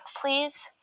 please